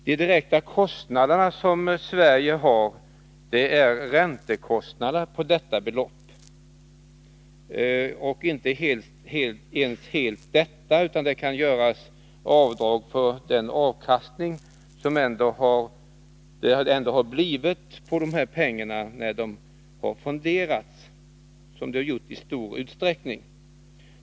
De direkta kostnader som Sverige har är räntekostnaderna för detta belopp, dessutom med avdrag för den avkastning som pengarna lämnat när de har fonderats, vilket i stor utsträckning skett.